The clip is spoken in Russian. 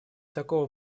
такого